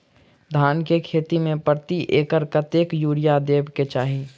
धान केँ खेती मे प्रति एकड़ कतेक यूरिया देब केँ चाहि?